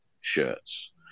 shirts